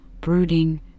brooding